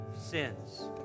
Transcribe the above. sins